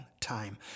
time